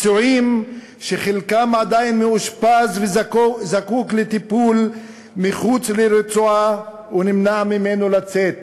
פצועים שחלקם עדיין מאושפז וזקוק לטיפול מחוץ לרצועה ונמנע ממנו לצאת,